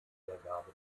wiedergabe